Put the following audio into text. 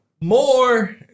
More